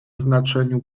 znaczeniu